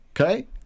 Okay